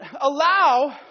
allow